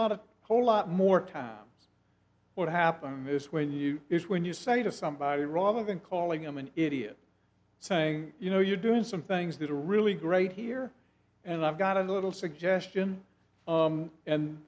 of whole lot more what happens is when you is when you say to somebody rather than calling him an idiot saying you know you're doing some things that are really great here and i've got a little suggestion